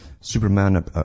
Superman